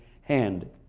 hand